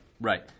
Right